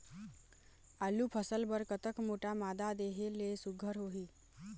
आलू फसल बर कतक मोटा मादा देहे ले सुघ्घर होही?